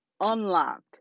unlocked